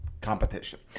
competition